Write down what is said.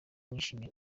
nishimye